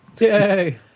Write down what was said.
Yay